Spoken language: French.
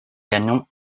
canons